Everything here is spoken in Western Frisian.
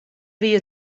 wie